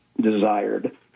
desired